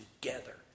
together